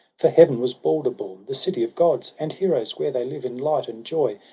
for heaven was balder born, the city of gods and heroes, where they live in light and joy.